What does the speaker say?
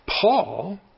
Paul